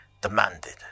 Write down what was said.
demanded